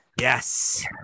Yes